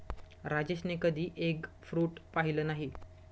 राजेशने कधी egg fruit पाहिलं नाही